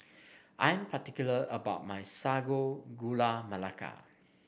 I'm particular about my Sago Gula Melaka